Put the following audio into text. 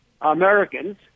Americans